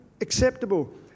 acceptable